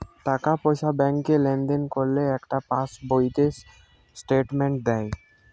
টাকা পয়সা ব্যাংকে লেনদেন করলে একটা পাশ বইতে স্টেটমেন্ট দেয়